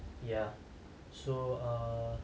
ya so err